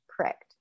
Correct